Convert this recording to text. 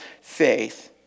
faith